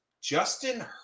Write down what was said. Justin